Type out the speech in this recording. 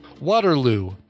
Waterloo